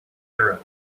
arab